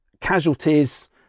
casualties